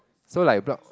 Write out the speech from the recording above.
so like a block